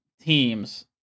teams